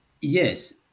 Yes